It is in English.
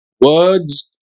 words